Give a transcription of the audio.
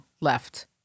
left